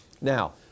Now